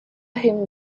him